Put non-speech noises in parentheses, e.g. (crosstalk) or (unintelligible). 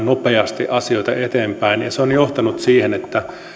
(unintelligible) nopeasti viemään asioita eteenpäin ja se on johtanut siihen että